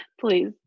please